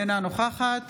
אינה נוכחת